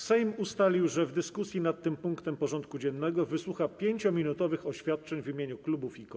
Sejm ustalił, że w dyskusji nad tym punktem porządku dziennego wysłucha 5-minutowych oświadczeń w imieniu klubów i kół.